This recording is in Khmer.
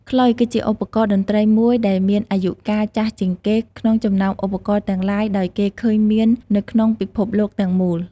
ខ្លុយគឺជាឧបករណ៍តន្ត្រីមួយដែលមានអាយុកាលចាស់ជាងគេក្នុងចំណោមឧបករណ៍ទាំងឡាយដោយគេឃើញមាននៅក្នុងពិភពលោកទាំងមូល។